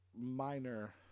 Minor